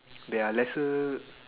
there are lesser